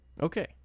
Okay